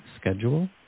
schedule